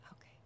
okay